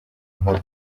nkuru